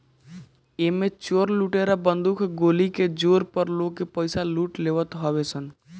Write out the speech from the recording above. एमे चोर लुटेरा बंदूक गोली के जोर पे लोग के पईसा लूट लेवत हवे सन